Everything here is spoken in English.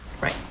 right